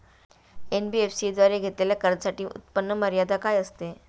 NBFC द्वारे घेतलेल्या कर्जासाठी उत्पन्न मर्यादा काय असते?